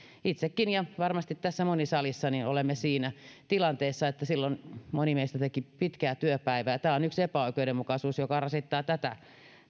itsekin ja varmasti moni tässä salissa on siinä tilanteessa että teki silloin pitkää työpäivää tämä on yksi epäoikeudenmukaisuus joka rasittaa tätä